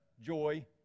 joy